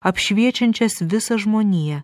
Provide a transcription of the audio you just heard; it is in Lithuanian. apšviečiančias visą žmoniją